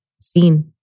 seen